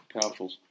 Powerful